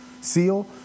seal